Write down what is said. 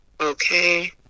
Okay